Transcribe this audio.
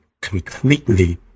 completely